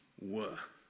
work